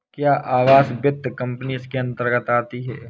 क्या आवास वित्त कंपनी इसके अन्तर्गत आती है?